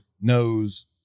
knows